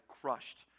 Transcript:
crushed